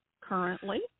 currently